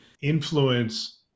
influence